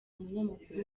umunyamakuru